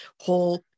whole